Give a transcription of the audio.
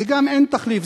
זה גם אין תחליף,